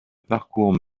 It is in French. parcours